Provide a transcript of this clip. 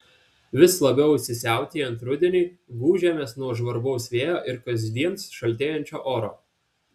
vis labiau įsisiautėjant rudeniui gūžiamės nuo žvarbaus vėjo ir kasdien šaltėjančio oro